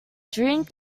drink